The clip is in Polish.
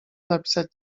napisać